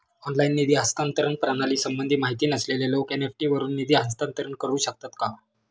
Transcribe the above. Online निधी हस्तांतरण प्रणालीसंबंधी माहिती नसलेले लोक एन.इ.एफ.टी वरून निधी हस्तांतरण करू शकतात का?